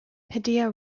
padilla